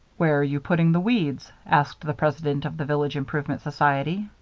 where are you putting the weeds? asked the president of the village improvement society.